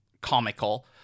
comical